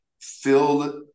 filled